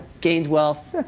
gained wealth,